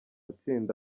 itsinda